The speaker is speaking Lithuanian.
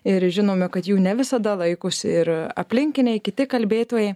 ir žinome kad jų ne visada laikosi ir aplinkiniai kiti kalbėtojai